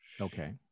Okay